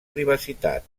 privacitat